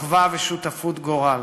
אחווה ושותפות גורל.